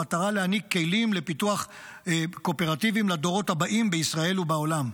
במטרה להעניק כלים לפיתוח קואופרטיבים לדורות הבאים בישראל ובעולם,